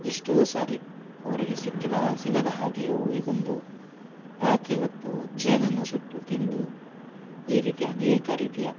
ಎಷ್ಟೋ ಸಾರಿ ಅವರಿಗೆ ಸಿಕ್ಕಿದ ಸಿಗದ ಹಾಗೆ ಹೋಗಿ ಬಂದು ರಾತ್ರಿ ಹೊತ್ತು ಜೇನನ್ನು ಸುಟ್ಟು ತಿಂದು ಈ ರೀತಿ ಅನೇಕ ರೀತಿಯ